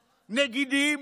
נגידים,